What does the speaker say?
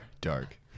Dark